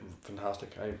fantastic